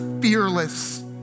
fearless